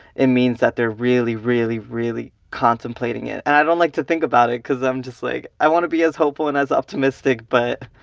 it means that they're really, really, really contemplating it. and i don't like to think about it because i'm just, like i want to be as hopeful and optimistic. but,